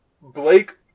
Blake